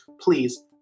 please